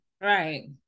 Right